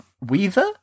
Weaver